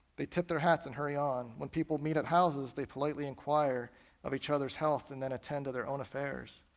they tip their hats and hurry on. when people meet at houses, they politely inquire of each others' health, and then attend to their own affairs.